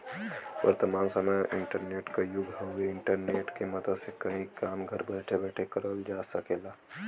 वर्तमान समय इंटरनेट क युग हउवे इंटरनेट क मदद से कई काम घर बैठे बैठे करल जा सकल जाला